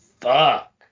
fuck